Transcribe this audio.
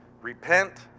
Repent